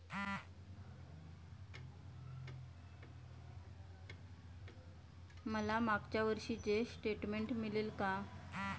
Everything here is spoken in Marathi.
मला मागच्या वर्षीचे स्टेटमेंट मिळेल का?